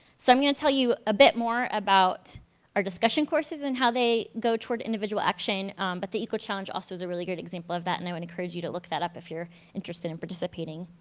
so i'm going to tell you a bit more about our discussion courses and how they go towards individual action but the eco-challenge also is a really great example of that and i would encourage you to look that up if you're interested in participating.